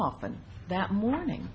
often that morning